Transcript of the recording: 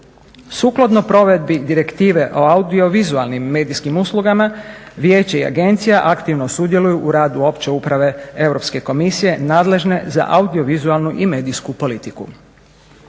Sukladno provedbi Direktive o audio-vizualnim medijskim uslugama Vijeće i Agencija aktivno sudjeluju u radu Opće uprave Europske komisije nadležne za audio-vizualnu i medijsku politiku.